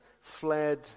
fled